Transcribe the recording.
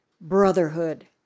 brotherhood